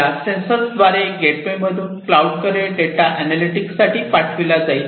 या सेन्सर्स द्वारे गेटवे मधून क्लाऊड कडे डेटा एनालॅटिक्स साठी पाठविला जाईल